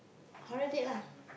horror date lah